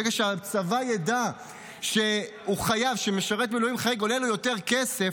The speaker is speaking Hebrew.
ברגע שהצבא ידע שמשרת מילואים עולה לו יותר כסף,